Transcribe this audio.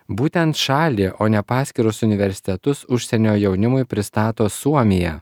būtent šalį o ne paskirus universitetus užsienio jaunimui pristato suomija